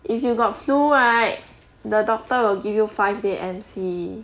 if you got flu right the doctor will give you five day M_C